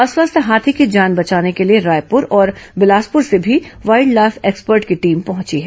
अस्वस्थ हाथी की जान बचाने के लिए रायपुर और बिलासपुर से भी वाइल्ड लाईफ एक्सपर्ट की टीम पहुंची है